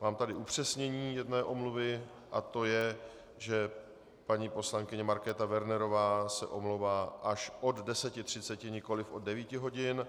Mám tady upřesnění jedné omluvy a to je, že paní poslankyně Markéta Wernerová se omlouvá až od 10.30, nikoliv od 9 hodin.